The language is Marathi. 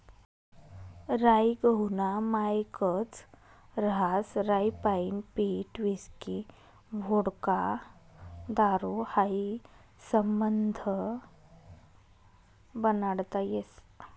राई गहूना मायेकच रहास राईपाईन पीठ व्हिस्की व्होडका दारू हायी समधं बनाडता येस